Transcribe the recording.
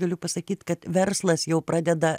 galiu pasakyt kad verslas jau pradeda